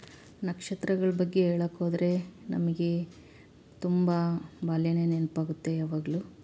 ನಕ್ಷತ್ರಗಳ ಬಗ್ಗೆ ಹೇಳಕ್ಕೆ ಹೋದರೆ ನಮಗೆ ತುಂಬ ಬಾಲ್ಯನೇ ನೆನಪಾಗುತ್ತೆ ಯಾವಾಗ್ಲೂ